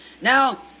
Now